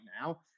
now